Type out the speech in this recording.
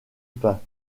pain